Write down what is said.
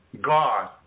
God